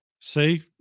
See